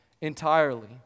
entirely